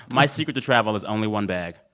my secret to travel is only one bag.